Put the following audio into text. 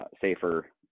safer